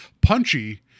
Punchy